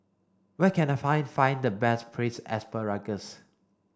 where can I find find the best braised asparagus